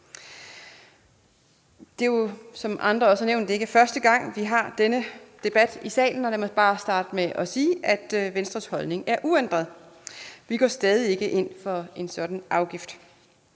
Som andre også har nævnt, er det ikke første gang, vi har denne debat i salen, og lad mig bare starte med at sige, at Venstres holdning er uændret. Vi går stadig ikke ind for en sådan afgift.